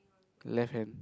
left hand